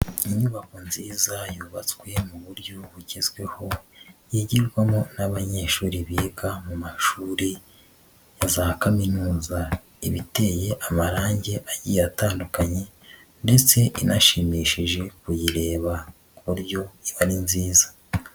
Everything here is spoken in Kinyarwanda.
Inyubako nziza yubatswe mu buryo bugezweho yigirwamo n'abanyeshuri biga mu mashuri ya za Kaminuza, iba iteye amarangi atandukanye ndetse inashimishije kuyireba ku buryo iba ari nziza.